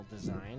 design